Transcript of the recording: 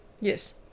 Yes